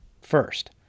First